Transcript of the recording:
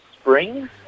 Springs